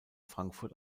frankfurt